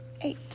Eight